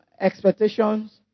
expectations